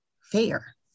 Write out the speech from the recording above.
fair